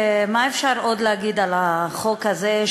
מה אפשר עוד להגיד על החוק הזה,